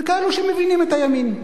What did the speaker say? וכאלה שמבינים את הימין,